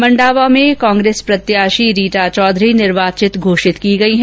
मंडावा में कांग्रेस प्रत्याशी रीटा चौधरी निर्वाचित घोषित की गई हैं